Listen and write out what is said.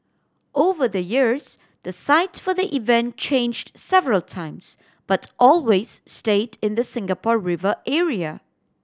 over the years the site for the event changed several times but always stayed in the Singapore River area